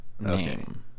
name